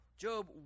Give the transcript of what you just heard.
Job